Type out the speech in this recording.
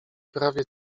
prawie